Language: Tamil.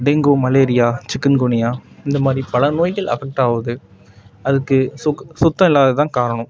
டெங்கு மலேரியா சிக்கன்குனியா இந்தமாதிரி பல நோய்கள் அஃபெக்ட்டாகுது அதுக்கு சுத்தம் இல்லாததுதான் காரணம்